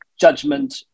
judgment